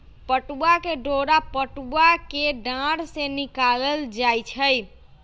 पटूआ के डोरा पटूआ कें डार से निकालल जाइ छइ